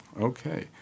Okay